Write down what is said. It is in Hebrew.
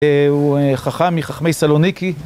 הוא חכם מחכמי סלוניקי